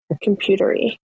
computer-y